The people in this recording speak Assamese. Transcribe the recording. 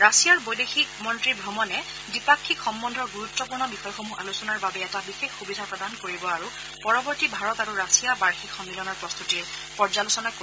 ৰাছিয়াৰ বিদেশ মন্তী দ্বিপাক্ষিক সম্বন্ধৰ গুৰুত্বপূৰ্ণ বিষয়সমূহ আলোচনাৰ বাবে এটা বিশেষ সুবিধা প্ৰদান কৰিব আৰু পৰৱৰ্তী ভাৰত ৰাছিয়া বাৰ্ষিক সন্মিলনৰ প্ৰস্তুতিৰ পৰ্যালোচনা কৰিব